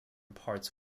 parts